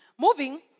Moving